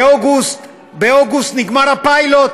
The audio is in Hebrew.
באוגוסט נגמר הפיילוט